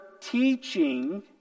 teaching